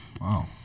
Wow